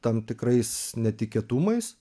tam tikrais netikėtumais